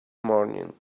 morning